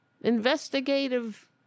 investigative